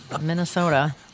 Minnesota